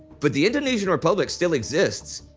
but the indonesian republic still exists,